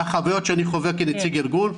מהחוויות שאני חווה כנציג ארגון,